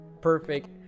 perfect